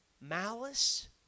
Malice